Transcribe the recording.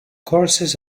courses